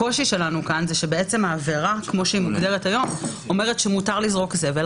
הקושי שלנו הוא שבעצם זה אומר שמותר לזרוק זבל